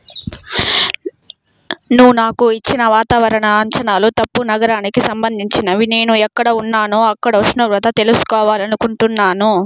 నువ్వు నాకు ఇచ్చిన వాతావరణ అంచనాలు తప్పు నగరానికి సంబంధించినవి నేను ఎక్కడ ఉన్నానో అక్కడ ఉష్ణోగ్రత తెలుసుకోవాలని అనుకుంటున్నాను